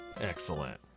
Excellent